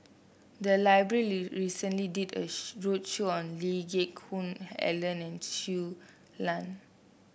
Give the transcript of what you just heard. the library recently did a show roadshow on Lee Geck Hoon Ellen and Shui Lan